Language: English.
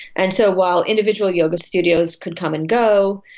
and so while individual yoga studios could come and go,